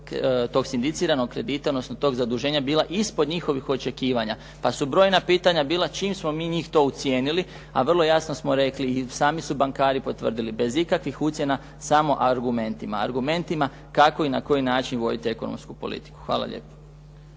tog sindiciranog kredita, odnosno tog zaduženja bila ispod njihovih očekivanja. Pa su brojna pitanja bila čim smo mi njih to ucijenili, a vrlo jasno smo rekli i sami su bankari potvrdili bez ikakvih ucjena samo argumentima, argumentima kako i na koji način voditi ekonomsku politiku. Hvala lijepo.